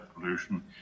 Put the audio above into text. pollution